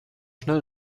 schnell